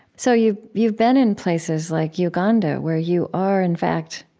so you've you've been in places like uganda, where you are, in fact,